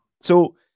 So-